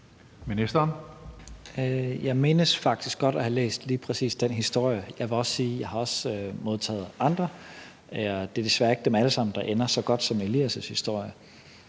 Tesfaye): Jeg mindes faktisk godt at have læst lige præcis den historie. Jeg vil sige, at jeg også har modtaget andre. Det er desværre ikke dem alle sammen, der ender så godt som Elias' historie.